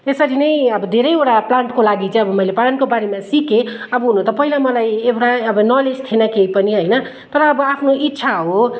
यसरी नै अब धेरैवटा प्लान्टको लागि चाहिँ अब मैले प्लान्टको बारेमा सिकेँ अब हुनु त पहिला मलाई एउटा अब नलेज थिएन केही पनि होइन तर अब आफ्नो इच्छा हो